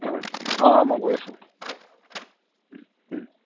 অ' অ' মই গৈ আছোঁ